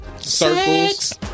circles